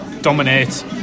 dominate